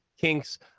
kinks